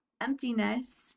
emptiness